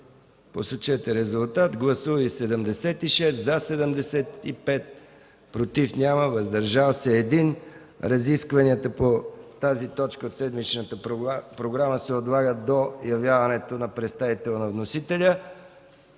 народни представители: за 75, против няма, въздържал се 1. Разискванията по тази точка от седмичната програма се отлагат до явяването на представител на вносителя.